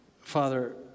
Father